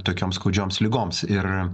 tokioms skaudžioms ligoms ir